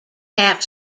half